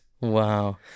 Wow